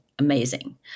amazing